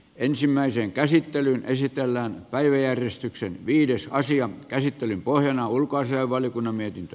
ensimmäisen käsittelyn esitellään päiväjärjestyksen viides asian käsittelyn pohjana on ulkoasiainvaliokunnan mietintö